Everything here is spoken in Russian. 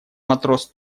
матрос